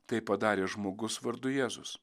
tai padarė žmogus vardu jėzus